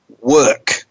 work